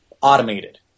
automated